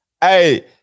Hey